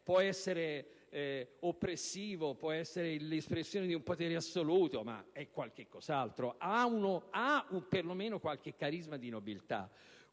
può essere oppressivo, può essere l'espressione di un potere assoluto, ma è qualcosa di diverso, e ha per lo meno qualche crisma di nobiltà.